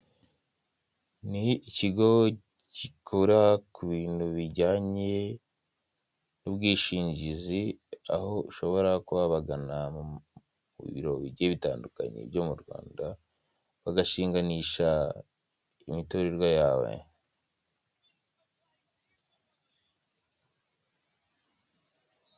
Ni ikigo gikora ku bintu bijyanye n'ubwishingizi, aho ushobora kuba wabagana mu biro bigiye bitandukanye byo mu Rwanda ugashinganisha imiturirwa yawe.